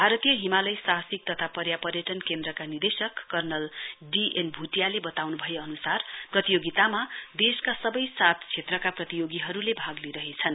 भारतीय हिमालय साहसिक तथा पर्यापर्यटन केन्द्रका निदेशक कर्णल डी एन भुटियाले बताउनु भए अनुसार प्रतियोगितामा देशका सबै सात क्षेत्रका प्रतियोगीहरूले भाग लिइरहेछन्